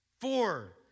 Four